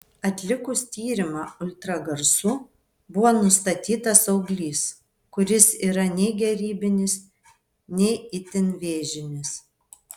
atlikus tyrimą ultragarsu buvo nustatytas auglys kuris yra nei gerybinis nei itin vėžinis